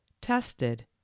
tested